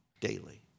daily